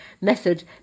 Method